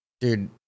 Dude